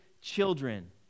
children